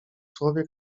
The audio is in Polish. słowie